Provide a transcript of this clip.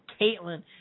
Caitlin